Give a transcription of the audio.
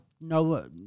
no